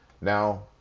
now